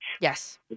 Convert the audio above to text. Yes